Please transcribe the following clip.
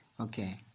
Okay